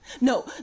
No